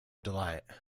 delight